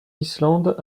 islande